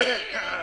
אותם תיקונים